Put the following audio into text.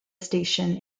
station